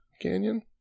Canyon